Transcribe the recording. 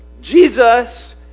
Jesus